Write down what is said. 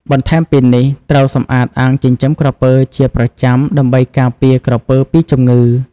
បន្ថែមពីនេះត្រូវសម្អាតអាងចិញ្ចឹមក្រពើជាប្រចាំដើម្បីការពារក្រពើពីជំងឺ។